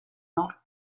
not